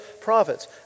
prophets